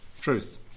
truth